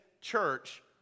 church